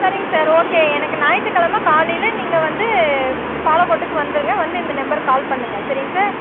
சரிங்க sir okay எனக்கு ஞாயித்துக்கிழம காலையில் நீங் வந்து பாலகோட்டுக்கு வந்துருங்க வந்து இந்த நம்பருக்கு கால் பண்ணுங்கள் சரிங்க சார்